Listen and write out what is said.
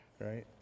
right